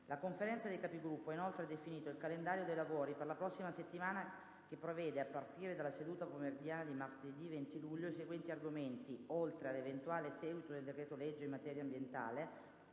La Conferenza dei Capigruppo ha inoltre definito il calendario dei lavori per la prossima settimana che prevede, a partire dalla seduta pomeridiana di martedì 20 luglio, i seguenti argomenti, oltre all'eventuale seguito del decreto-legge in materia ambientale: